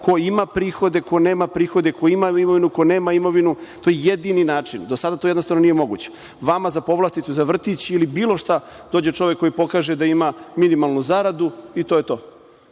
ko ima prihode, ko nema prihode, ko ima imovinu, ko nema imovinu. To je jedini način. Do sada, to jednostavno nije moguće. Vama za povlasticu za vrtić ili bilo šta, dođe čovek koji pokaže da ima minimalnu zaradu i to je to.